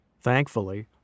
Thankfully